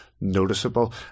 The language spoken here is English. noticeable